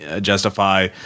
justify